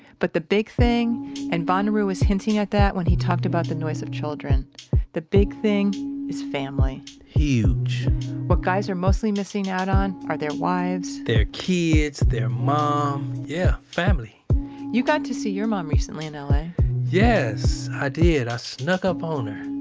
but the big thing and bonaruwas hinting at that when he talked about the noise of children the big thing is family huge what guys are mostly missing out on are their wives, their kids, their mom. yeah, family you got to see your mom recently in ah la ah did. i snuck up on her.